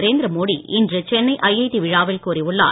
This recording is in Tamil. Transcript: நரேந்திர மோடி இன்று சென்னை ஐஐடி விழாவில் கூறியுள்ளார்